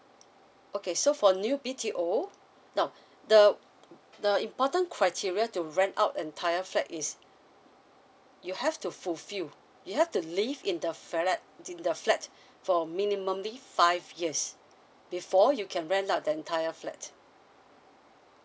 okay so for new B_T_O now the the important criteria to rent out entire flat is you have to fulfill you have to live in the flat in the flat for minimum live five years before you can rent out the entire flat